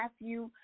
Matthew